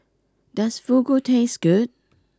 does Fugu taste good